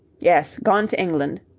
yes, gone to england.